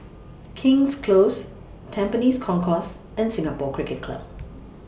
King's Close Tampines Concourse and Singapore Cricket Club